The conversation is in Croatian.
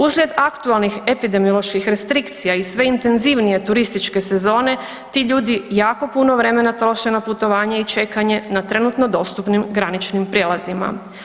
Uslijed aktualnih epidemioloških restrikcija i sve intenzivnije turističke sezone, ti ljudi jako puno vremena troše na putovanje i čekanje na trenutno dostupnim graničnim prijelazima.